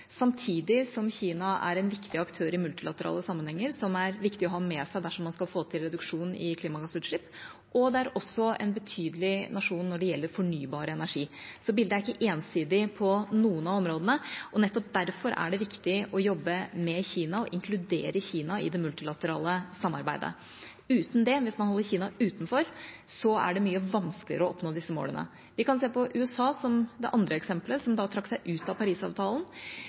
samtidig som Kina er en viktig aktør i multilaterale sammenhenger. Det er det viktig å ha med seg dersom man skal få til en reduksjon i klimagassutslipp. Det er også en betydelig nasjon når det gjelder fornybar energi. Bildet er ikke ensidig på noen av områdene. Nettopp derfor er det viktig å jobbe med Kina og inkludere Kina i det multilaterale samarbeidet. Uten det – hvis man holder Kina utenfor – er det mye vanskeligere å oppnå disse målene. Vi kan se på USA som det andre eksempelet, som trakk seg ut av Parisavtalen.